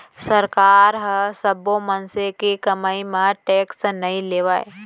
सरकार ह सब्बो मनसे के कमई म टेक्स नइ लेवय